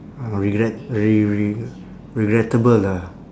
uh regret re~ re~ regrettable ah